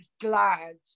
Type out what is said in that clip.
glad